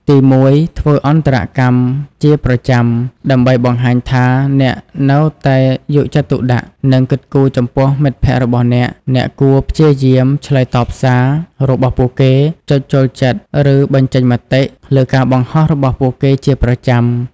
ទីមួយ ធ្វើអន្តរកម្មជាប្រចាំ ដើម្បីបង្ហាញថាអ្នកនៅតែយកចិត្តទុកដាក់ និងគិតគូរចំពោះមិត្តភក្តិរបស់អ្នក អ្នកគួរព្យាយាម ឆ្លើយតបសារ របស់ពួកគេ ចុចចូលចិត្ត ឬ បញ្ចេញមតិ លើការបង្ហោះរបស់ពួកគេជាប្រចាំ។